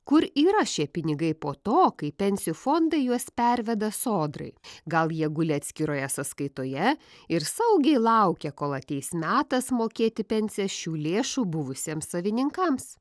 kur yra šie pinigai po to kai pensijų fondai juos perveda sodrai gal jie guli atskiroje sąskaitoje ir saugiai laukia kol ateis metas mokėti pensiją šių lėšų buvusiems savininkams